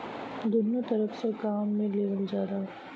दुन्नो तरफ से काम मे लेवल जाला